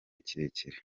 kirekire